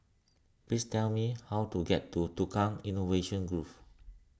please tell me how to get to Tukang Innovation Grove